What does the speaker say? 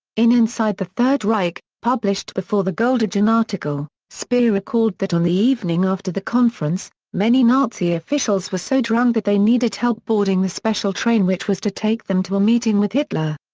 in inside the third reich, published before the goldhagen article, speer recalled that on the evening after the conference, many nazi officials were so drunk that they needed help boarding the special train which was to take them to a meeting with hitler.